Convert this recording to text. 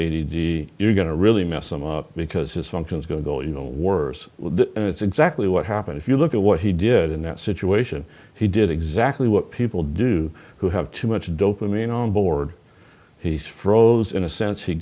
d you're going to really mess him up because his function is going to go you know worse and it's exactly what happened if you look at what he did in that situation he did exactly what people do who have too much dopamine on board he's froze in a sense he